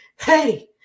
hey